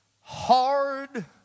hard